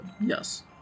Yes